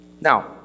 Now